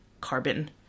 carbon